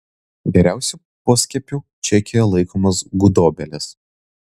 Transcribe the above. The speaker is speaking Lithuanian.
geriausiu poskiepiu čekijoje laikomos gudobelės